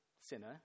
sinner